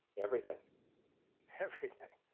everything everything?